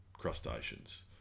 crustaceans